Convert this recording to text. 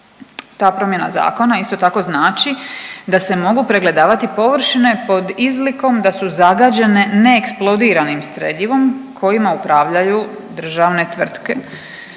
Ta promjena zakona, isto tako znači da se mogu pregledavati površine pod izlikom da su zagađene neeksplodiranim streljivom kojim upravljaju državne tvrtke,